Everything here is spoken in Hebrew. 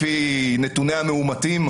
לפי נתוני המאומתים,